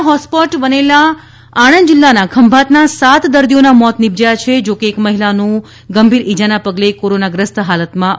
corona hotspot બનેલા આણંદ જિલ્લાના ખંભાતના સાત દર્દીઓના મોત નીપશ્યાં છે જોકે એક મહિલાનું તો ગંભીર ઇજાના પગલે કોરોનાગ્રસ્ત હાલતમાં મોત થયું હતું